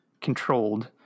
controlled